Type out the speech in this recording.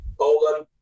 Poland